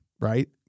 Right